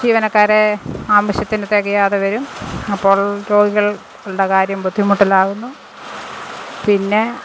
ജീവനക്കാരെ ആവശ്യത്തിന് തികയാതെ വരും അപ്പോൾ രോഗികളുടെ കാര്യം ബുദ്ധിമുട്ടിലാകുന്നു പിന്നെ